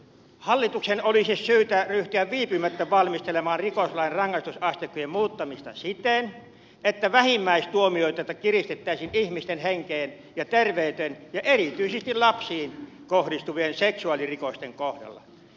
hallituksen olisi syytä ryhtyä viipymättä valmistelemaan rikoslain rangaistusasteikkojen muuttamista siten että vähimmäistuomioita kiristettäisiin ihmisten henkeen ja terveyteen ja erityisesti lapsiin kohdistuvien seksuaalirikosten kohdalla